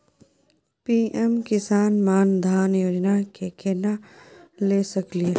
PM Kisan Maan Dhan Yojana के केना ले सकलिए?